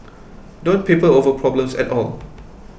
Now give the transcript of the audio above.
don't people over problems at all